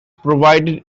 provided